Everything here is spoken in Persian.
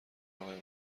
آقای